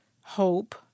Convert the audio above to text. hope